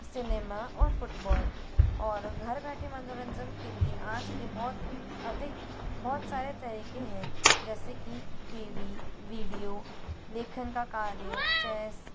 cinema और football और घर बैठे मनोरंजन के लिए आज के बहुत अधिक बहुत सारे तरीके हैं जैसे कि टी वी वीडियो लेखन का कार्य चेस